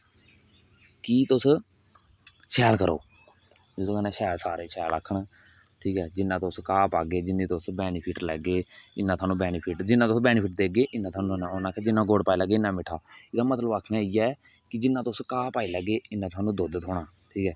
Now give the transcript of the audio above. कि तुस शैल करो ओहदे कन्ने शैल सारे शैल आक्खन ठीक ऐ जिना तुस घा पागे जिन्ने तुस बेनिफिट लैगे इन्ना थुआनू बेनीफिट जिन्ना तुस बेनीफिट देगे इन्ना थुआनू थोहना जिन्ना गूड पागे इन्ना मिठास एहदा मतलब आक्खने दा इयै जिन्ना तुस घा पाई लेगे इन्ना थुआनू दुद्ध थ्होना ठीक ऐ